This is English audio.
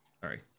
Sorry